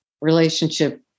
relationship